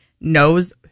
knows